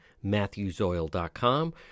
matthewsoil.com